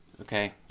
Okay